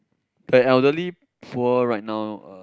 that elderly poor right now uh